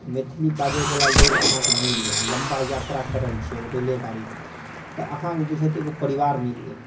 मैथिली बाजयवला लोक अहाँकेँ मिल गेल आ लम्बा यात्रा कऽ रहल छियै रेलेगाड़ीमे तऽ अहाँकेँ बुझैते ओ परिवार मिल गेल